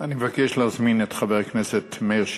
אני מבקש להזמין את חבר הכנסת מאיר שטרית.